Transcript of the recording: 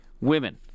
women